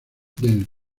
del